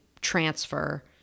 transfer